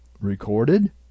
recorded